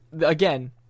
again